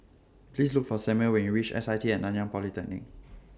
Please Look For Samual when YOU REACH S I T At Nanyang Polytechnic